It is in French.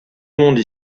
monde